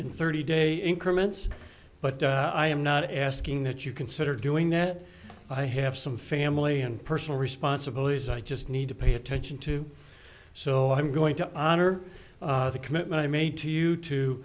and thirty day increments but i am not asking that you consider doing that i have some family and personal responsibilities i just need to pay attention to so i'm going to honor the commitment i made to you to